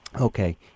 okay